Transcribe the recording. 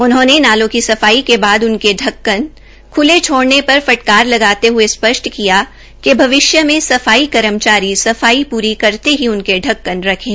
उन्होंने नालों की सफाई के बाद उनके क्कन ख्ले छोडने पर फटकार लगाते हुए स्पष्ट किया कि भविष्य में सफाई कर्मचारी सफाई पूरी करते ही उनके क्कन रखें